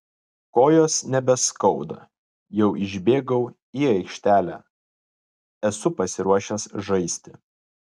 kojos nebeskauda jau išbėgau į aikštelę esu pasiruošęs žaisti